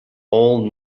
all